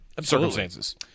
circumstances